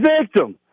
victim